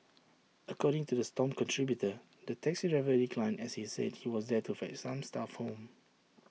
according to the stomp contributor the taxi driver declined as he said he was there to fetch some staff home